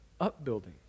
upbuilding